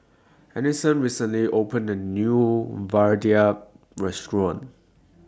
Alisson recently opened A New Vadai Restaurant